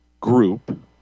group